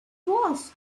was